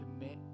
commit